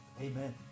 Amen